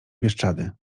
bieszczady